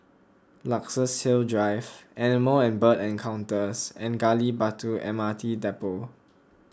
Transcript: Luxus Hill Drive Animal and Bird Encounters and Gali Batu M R T Depot